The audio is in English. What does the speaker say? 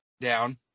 Down